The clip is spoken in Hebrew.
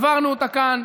העברנו אותה כאן,